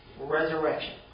resurrection